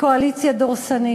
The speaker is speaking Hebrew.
מקואליציה דורסנית.